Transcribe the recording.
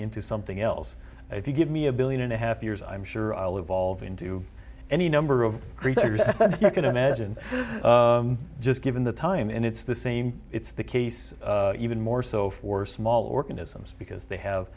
into something else if you give me a billion and a half years i'm sure i'll evolve into any number of creatures but i can imagine just given the time and it's the same it's the case even more so for small organisms because they have